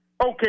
Okay